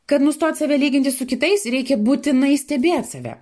kad nustot save lyginti su kitais reikia būtinai stebėt save